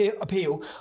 appeal